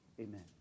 amen